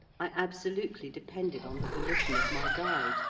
i absolutely depended on the volition of my guide,